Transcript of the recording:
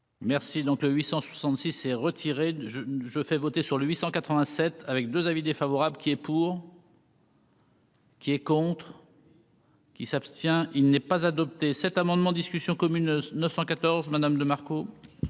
Merci donc, le 866 s'est retiré du jeu, je fais voter sur le 887 avec 2 avis défavorables. Qui est pour. Qui est contre. Qui s'abstient, il n'est pas adopté cet amendement discussion commune 914 Madame de Marco.